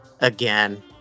again